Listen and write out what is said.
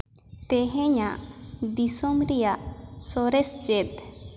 ᱛᱮᱦᱮᱧᱟᱜ ᱫᱤᱥᱚᱢ ᱨᱮᱭᱟᱜ ᱥᱚᱨᱮᱥ ᱪᱮᱫ